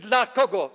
Dla kogo?